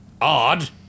Odd